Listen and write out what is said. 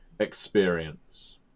Experience